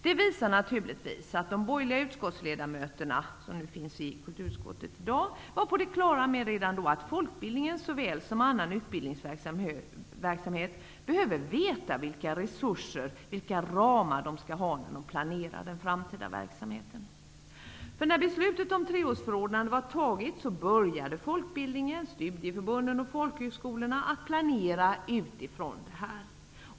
Detta visar naturligtvis att de borgerliga ledamöterna i kulturutskottet redan då var på det klara med att folkbildningen såväl som annan utbildningsverksamhet behöver veta vilka resurser och vilka ramar de skall ha när de planerar den framtida verksamheten. När beslutet om treårsförordnande var fattat, började folkbildningen, studieförbunden och folkhögskolorna, att planera utifrån detta.